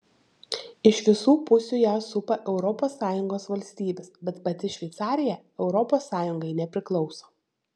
iš visų pusių ją supa europos sąjungos valstybės bet pati šveicarija europos sąjungai nepriklauso